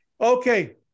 Okay